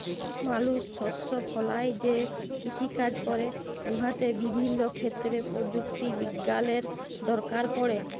মালুস শস্য ফলাঁয় যে কিষিকাজ ক্যরে উয়াতে বিভিল্য ক্ষেত্রে পরযুক্তি বিজ্ঞালের দরকার পড়ে